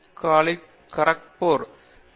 Kashipur சேர்த்துள்ளனர்